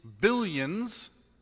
billions